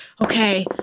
Okay